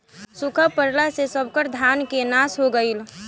सुखा पड़ला से सबकर धान के नाश हो गईल